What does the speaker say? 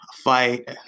fight